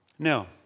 Now